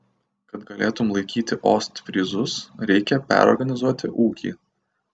kad galėtum laikyti ostfryzus reikia perorganizuot ūkį